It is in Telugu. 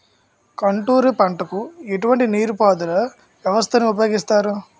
కాంటూరు పంటకు ఎటువంటి నీటిపారుదల వ్యవస్థను ఉపయోగిస్తారు?